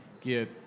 get